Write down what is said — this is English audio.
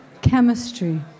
chemistry